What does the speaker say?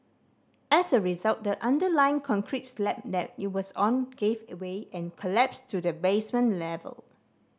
as a result the underlying concrete slab that it was on gave away and collapsed to the basement level